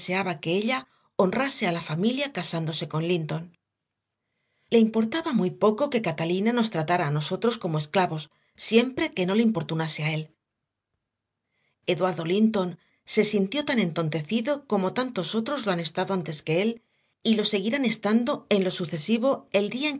ella honrase a la familia casándose con linton le importaba muy poco que catalina nos tratara a nosotros como esclavos siempre que no le importunase a él eduardo linton se sintió tan entontecido como tantos otros lo han estado antes que él y lo seguirán estando en lo sucesivo el día